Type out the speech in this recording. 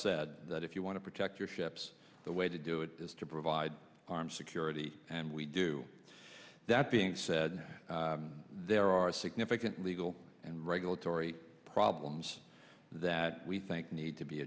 said that if you want to protect your ships the way to do it is to provide armed security and we do that being said there are significant legal and regulatory problems that we think need to be